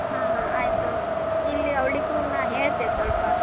ಹಾಂ ಹಾಂ ಆಯಿತು ಇಲ್ಲಿ ಅವಳಿಗೂ ನಾ ಹೇಳ್ತೆ ಸ್ವಲ್ಪ